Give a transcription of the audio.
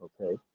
Okay